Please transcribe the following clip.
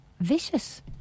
vicious